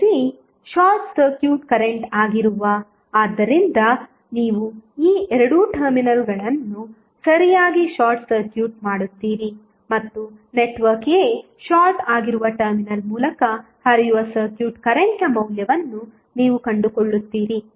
isc short circuit current ಆಗಿರುವ ಆದ್ದರಿಂದ ನೀವು ಈ 2 ಟರ್ಮಿನಲ್ಗಳನ್ನು ಸರಿಯಾಗಿ ಶಾರ್ಟ್ ಸರ್ಕ್ಯೂಟ್ ಮಾಡುತ್ತೀರಿ ಮತ್ತು ನೆಟ್ವರ್ಕ್ a ಶಾರ್ಟ್ ಆಗಿರುವ ಟರ್ಮಿನಲ್ ಮೂಲಕ ಹರಿಯುವ ಸರ್ಕ್ಯೂಟ್ ಕರೆಂಟ್ನ ಮೌಲ್ಯವನ್ನು ನೀವು ಕಂಡುಕೊಳ್ಳುತ್ತೀರಿ